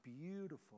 beautiful